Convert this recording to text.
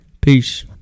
peace